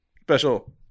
Special